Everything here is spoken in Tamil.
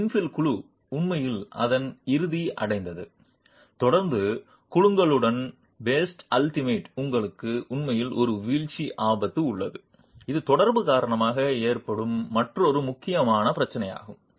இன்பில் குழு உண்மையில் அதன் இறுதி அடைந்தது தொடர்ந்து குலுக்கலுடன் போஸ்ட் அல்டிமேட் உங்களுக்கு உண்மையில் ஒரு வீழ்ச்சி ஆபத்து உள்ளது இது தொடர்பு காரணமாக ஏற்படும் மற்றொரு முக்கியமான பிரச்சினையாகும்